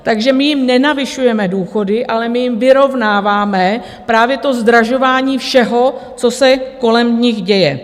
Takže my jim nenavyšujeme důchody, ale my jim vyrovnáváme právě zdražování všeho, co se kolem nich děje.